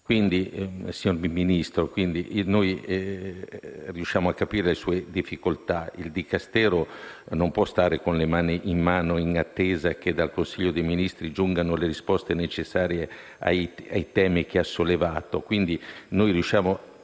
Signor Ministro, riusciamo a capire le sue difficoltà: il Dicastero non può stare con le mani in mano in attesa che dal Consiglio dei ministri giungano le risposte necessarie ai temi che ha sollevato.